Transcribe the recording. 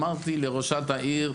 אמרתי לראשת העיר,